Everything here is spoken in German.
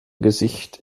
gesicht